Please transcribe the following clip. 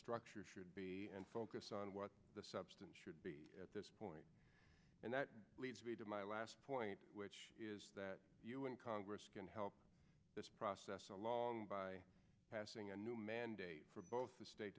structure should be and focus on what the substance should be at this point and that leads me to my last point which is that congress can help this process along by passing a new mandate for both the state